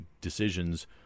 decisions